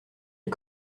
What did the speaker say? les